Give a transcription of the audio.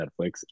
Netflix